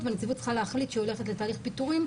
והנציבות צריכה להחליט שהיא הולכת לתהליך פיטורים.